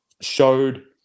showed